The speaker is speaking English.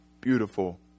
Beautiful